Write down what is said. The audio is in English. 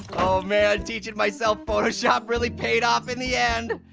man, teaching myself photoshop really paid off in the end.